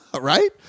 right